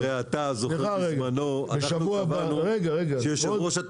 בשביל להביא את המים לברזים 24/7 הרבה מאוד אנשים,